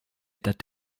that